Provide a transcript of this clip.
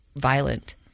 violent